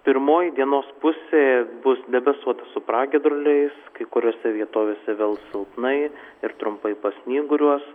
pirmoji dienos pusė bus debesuota su pragiedruliais kai kuriose vietovėse vėl silpnai ir trumpai pasnyguriuos